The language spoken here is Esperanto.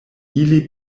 ili